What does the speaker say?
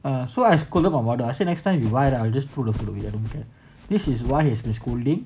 err so I scolded my brother I say next time you buy I just throw the food away I don't care this is why he's been scolding